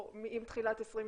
או עם תחילת 2021,